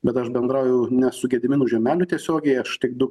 bet aš bendrauju ne su gediminu žemeliu tiesiogiai aš tik du